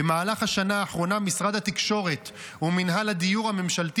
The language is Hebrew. במהלך השנה האחרונה משרד התקשורת ומינהל הדיור הממשלתי